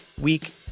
week